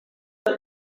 beth